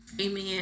Amen